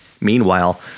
Meanwhile